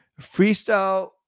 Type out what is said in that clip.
Freestyle